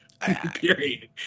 period